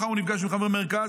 מחר הוא נפגש עם חבר מרכז,